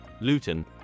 Luton